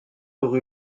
rue